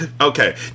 Okay